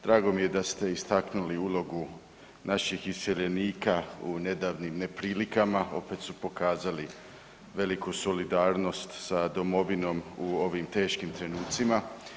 Drago mi je da ste istaknuli ulogu naših iseljenika u nedavnim neprilikama, opet su pokazali veliku solidarnost sa domovinom u ovim teškim trenucima.